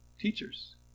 Teachers